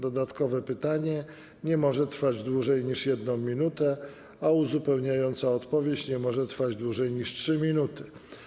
Dodatkowe pytanie nie może trwać dłużej niż 1 minutę, a uzupełniająca odpowiedź nie może trwać dłużej niż 3 minuty.